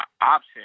option